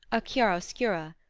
a chiaroscura,